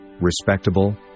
respectable